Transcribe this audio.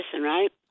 right